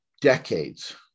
decades